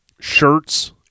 shirts